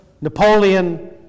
Napoleon